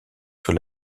sur